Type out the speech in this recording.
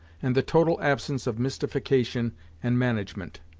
and the total absence of mystification and management.